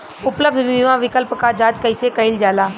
उपलब्ध बीमा विकल्प क जांच कैसे कइल जाला?